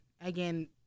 Again